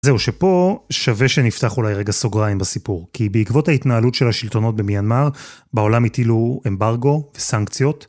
זהו, שפה שווה שנפתח אולי רגע סוגריים בסיפור, כי בעקבות ההתנהלות של השלטונות במיינמר, בעולם הטילו אמברגו וסנקציות.